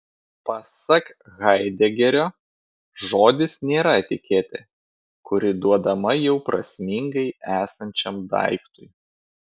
pasak haidegerio žodis nėra etiketė kuri duodama jau prasmingai esančiam daiktui